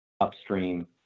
upstream